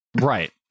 Right